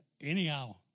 Anyhow